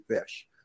fish